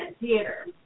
Theater